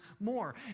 more